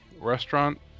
restaurant